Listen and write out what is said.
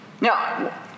Now